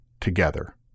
together